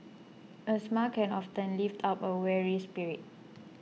a smile can often lift up a weary spirit